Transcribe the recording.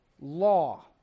law